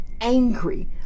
angry